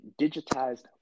digitized